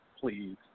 Please